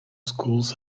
schools